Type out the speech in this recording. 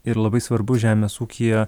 ir labai svarbus žemės ūkyje